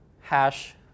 hash